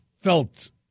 felt